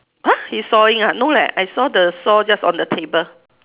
!huh! he's sawing ah no leh I saw the saw just on the table